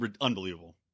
unbelievable